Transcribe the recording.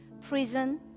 prison